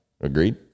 Agreed